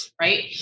right